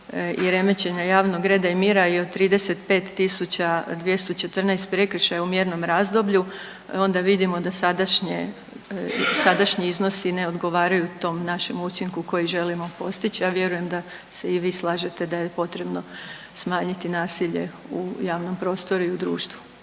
i remećenja javnog reda i mira i o 35.214 prekršaja u mjernom razdoblju onda vidimo da sadašnje, sadašnji iznosi ne odgovaraju tom našem učinku koji želimo postić, a vjerujem da se i vi slažete da je potrebno smanjiti nasilje u javnom prostru i u društvu.